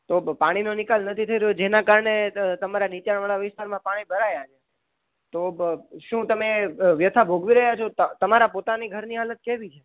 તો પાણીનો નિકાલ નથી થઈ રહ્યો જેના કારણે તમારા નીચાણ વાળા વિસ્તારમાં પાણી ભરાયા તો શું તમે વ્યથા ભોગવી રહ્યા છો તમારા પોતાના ઘરની હાલત કેવી છે